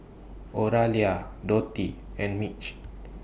Oralia Dotty and Mitch